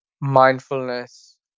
mindfulness